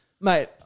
Mate